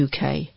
UK